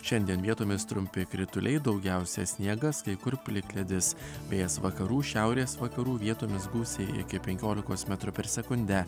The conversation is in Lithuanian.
šiandien vietomis trumpi krituliai daugiausia sniegas kai kur plikledis vėjas vakarų šiaurės vakarų vietomis gūsiai iki penkiolikos metrų per sekundę